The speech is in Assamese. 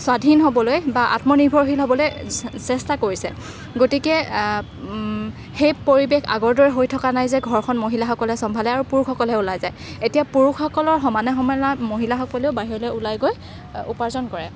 স্বাধীন হ'বলৈ বা আত্ম নিৰ্ভৰশীল হ'বলৈ চেষ্টা কৰিছে গতিকে সেই পৰিৱেশ আগৰ দৰে হৈ থকা নাই যে ঘৰখন মহিলাসকলে চম্ভালে আৰু পুৰুষসকলেহে ওলাই যায় এতিয়া পুৰুষসকলৰ সমানে সমানে মহিলাসকলেও বাহিৰলে ওলাই গৈ উপাৰ্জন কৰে